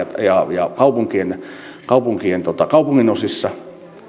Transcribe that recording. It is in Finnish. ja kaupunkien kaupunkien kaupunginosissa